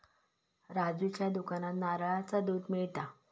राजूच्या दुकानात नारळाचा दुध मिळता